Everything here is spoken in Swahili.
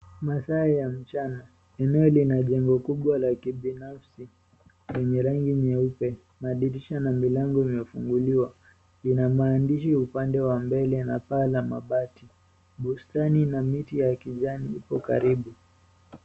Masaa ya mchana. Eneo lina jengo kubwa la kibinafsi yenye rangi nyeupe. Madirisha na milango imefunguliwa. Lina maandishi upande wa mbele na paa la mabati. Bustani na miti ya kijani iko karibu.